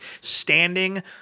standing